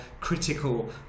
critical